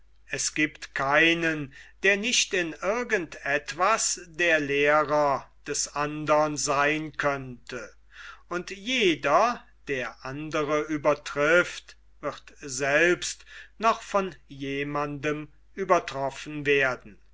es giebt keinen der nicht in irgend etwas der lehrer des andern seyn könnte und jeder der andre übertrifft wird selbst noch von jemandem übertroffen werden